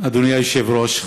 אדוני היושב-ראש,